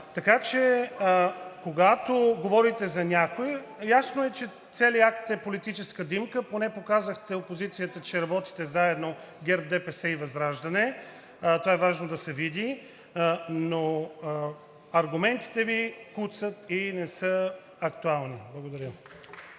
Така че, когато говорите за някого… Ясно е, че целият акт е политическа димка. Поне показахте опозицията, че работите заедно ГЕРБ, ДПС и ВЪЗРАЖДАНЕ. Това е важно да се види, но аргументите Ви куцат и не са актуални. Благодаря